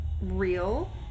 real